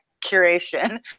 curation